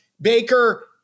Baker